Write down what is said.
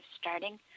starting